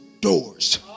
doors